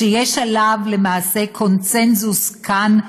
שיש עליו למעשה קונסנזוס כאן,